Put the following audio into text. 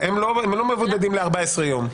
הם לא מבודדים ל-14 יום.